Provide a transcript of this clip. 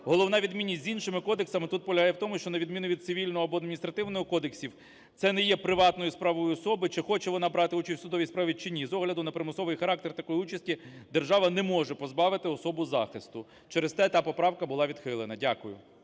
Головна відмінність з іншими кодексами тут полягає в тому, що на відміну від Цивільного або Адміністративного кодексів це не є приватною справою особи, чи хоче вона брати участь в судовій справи, чи ні, з огляду на примусовий характер такої участі держава не може позбавити особу захисту. Через те та поправка була відхилена. Дякую.